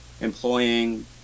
Employing